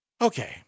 Okay